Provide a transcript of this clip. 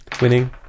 winning